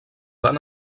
van